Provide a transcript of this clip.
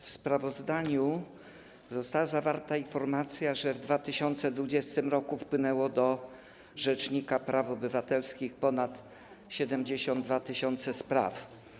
W sprawozdaniu została zawarta informacja, że w 2020 r. wpłynęło do rzecznika praw obywatelskich ponad 72 tys. spraw.